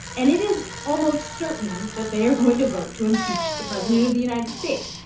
and it is almost certain that they are going to vote to impeach the president of the united states.